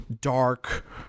dark